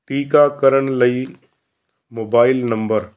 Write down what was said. ਟੀਕਾਕਰਨ ਲਈ mobile number